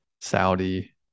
saudi